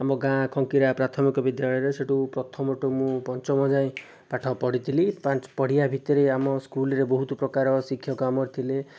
ଆମ ଗାଁ ଖଙ୍କିରା ପ୍ରାଥମିକ ବିଦ୍ୟାଳୟରେ ସେଠୁ ପ୍ରଥମଠୁ ମୁଁ ପଞ୍ଚମ ଯାଏ ପାଠ ପଢ଼ିଥିଲି ପଢ଼ିବା ଭିତରେ ଆମ ସ୍କୁଲ୍ରେ ବହୁତ ପ୍ରକାର ଶିକ୍ଷକ ଆମର ଥିଲେ